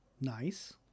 Nice